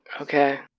Okay